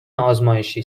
ازمایشی